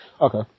Okay